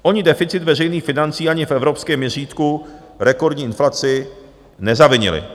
Oni deficit veřejných financí ani v evropském měřítku rekordní inflaci nezavinili.